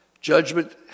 judgment